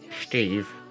Steve